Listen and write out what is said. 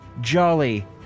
Jolly